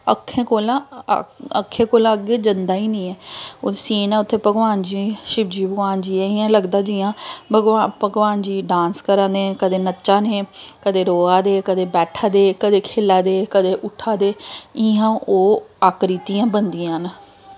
अक्खें कोला अक्खें कोला अग्गें जंदा ई नी ऐ ओह् सीन ऐ उत्थें भगवान जी शिवजी भगवान जी इयां लगदा जियां भगवान भगवान जी डांस करा दे कदें नच्चा ने कदें रोआ दे कदें बैठा दे कदें खेला दे कदें उट्ठा दे इ'यां ओह् अकृतियां बनदियां न